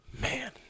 Man